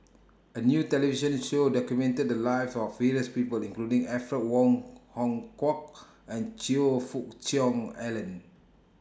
A New television Show documented The Lives of various People including Alfred Wong Hong Kwok and Choe Fook Cheong Alan